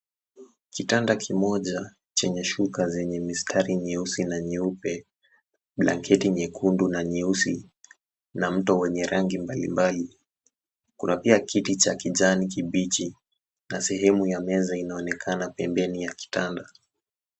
Kitanda kimoja chenye shuka zenye mistari nyeusi na nyeupe, blanketi nyekundu na nyeusi na mto wenye rangi mbalimbali. Kuna pia kiti cha kijani kibichi na sehemu ya meza inaonekana pembeni ya kitanda.